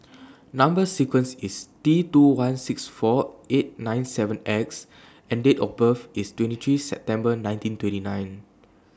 Number sequence IS T two one six four eight nine seven X and Date of birth IS twenty three September nineteen twenty nine